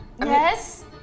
yes